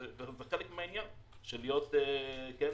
וזה חלק מהעניין להיות ממשלה,